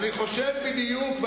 אני חושב בדיוק.